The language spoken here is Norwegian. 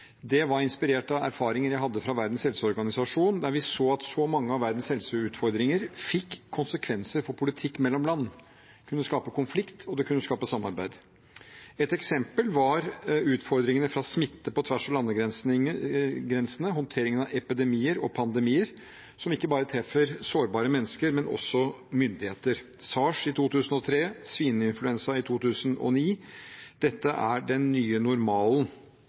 Det var inspirert av erfaringer jeg hadde fra Verdens helseorganisasjon, der vi så at så mange av verdens helseutfordringer fikk konsekvenser for politikk mellom land – det kunne skape konflikt, og det kunne skape samarbeid. Et eksempel var utfordringene fra smitte på tvers av landegrensene, håndteringen av epidemier og pandemier, som ikke bare treffer sårbare mennesker, men også myndigheter. SARS i 2003, svineinfluensa i 2009 – dette er den nye normalen.